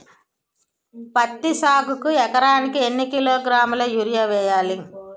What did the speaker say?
పత్తి సాగుకు ఎకరానికి ఎన్నికిలోగ్రాములా యూరియా వెయ్యాలి?